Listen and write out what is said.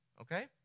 okay